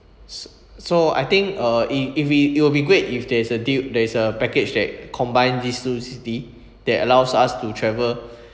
so so I think uh if if we it will be great if there is a deal there is a package that combine these two city that allows us to travel